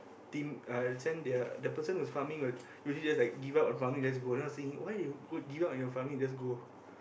team uh send their that person who's farming will usually just like give up on farming just go then I was thinking why they give up on their farming and just go